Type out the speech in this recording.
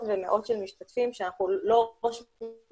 ומאות של משתתפים שאנחנו לא רושמים